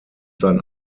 sein